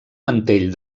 mantell